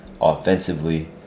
offensively